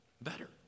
better